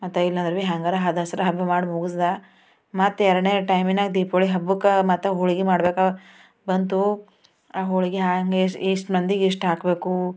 ಮತ್ತೆ ಹ್ಯಾಂಗಾರ ಹಾಂ ದಸರ ಹಬ್ಬ ಮಾಡಿ ಮುಗಿಸ್ದ ಮತ್ತು ಎರಡನೇ ಟೈಮಿನಾಗ ದೀಪಾವಳಿ ಹಬ್ಬಕ್ಕೆ ಮತ್ತ ಹೋಳ್ಗೆ ಮಾಡ್ಬೇಕಾಗಿ ಬಂತು ಆ ಹೋಳ್ಗೆ ಹಾಗೆ ಎಷ್ಟು ಮಂದಿಗೆ ಎಷ್ಟು ಹಾಕಬೇಕು